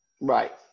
Right